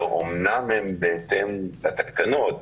שאומנם הן בהתאם לתקנות,